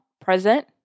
present